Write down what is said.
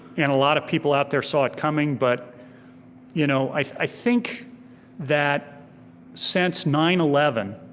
and a lot of people out there saw it coming. but you know i think that since nine eleven,